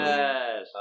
Yes